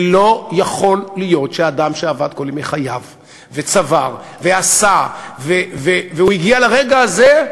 לא יכול להיות שאדם שעבד כל ימי חייו וצבר ועשה והגיע לרגע הזה,